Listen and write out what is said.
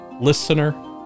listener